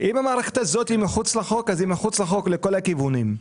אם המערכת הזאת מחוץ לחוק אז היא מחוץ לחוק לכל הכיוונים.